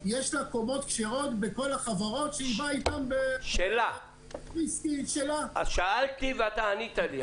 יש קומות כשרות בכל החברות שהיא באה איתם -- אז שאלתי ואתה ענית לי.